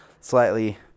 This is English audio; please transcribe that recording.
slightly